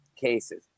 cases